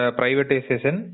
privatization